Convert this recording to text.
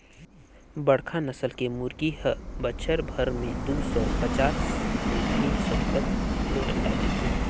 बड़खा नसल के मुरगी हर बच्छर भर में दू सौ पचास ले तीन सौ तक ले अंडा देथे